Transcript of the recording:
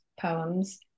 poems